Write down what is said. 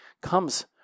comes